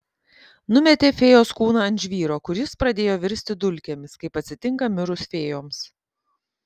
numetė fėjos kūną ant žvyro kur jis pradėjo virsti dulkėmis kaip atsitinka mirus fėjoms